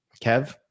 Kev